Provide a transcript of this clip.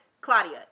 Claudia